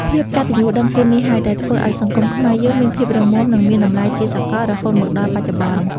ភាពកតញ្ញូដឹងគុណនេះហើយ ដែលធ្វើឱ្យសង្គមខ្មែរយើងមានភាពរឹងមាំ និងមានតម្លៃជាសកលរហូតមកដល់បច្ចុប្បន្ន។